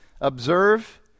Observe